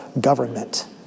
government